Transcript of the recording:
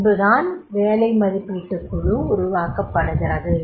பின்பு தான் வேலை மதிப்பீட்டுக் குழு உருவாக்கப்படுகிறது